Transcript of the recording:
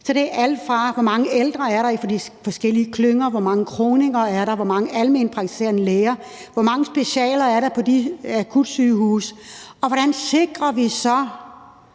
Det er alt fra, hvor mange ældre der er i de forskellige klynger; hvor mange kronikere der er; hvor mange almenpraktiserende læger der er; hvor mange specialer der er på de akutsygehuse; og hvordan vi så